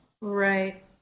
right